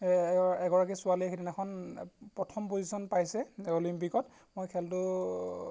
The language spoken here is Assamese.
এ এগৰাকী ছোৱালীয়ে সেইদিনাখন প্ৰথম পজিশ্যন পাইছে অলিম্পিকত মই খেলটো